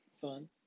fun